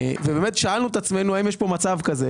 באמת שאלנו את עצמנו האם יש כאן מצב כזה,